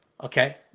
Okay